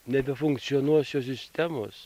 nebefunkcionuos jo sistemos